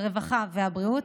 הרווחה והבריאות,